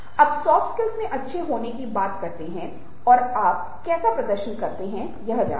जब आप soft skill में अच्छे होने की बात करते हैं तो आप कैसा प्रदर्शन करते हैं और नहीं